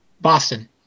Boston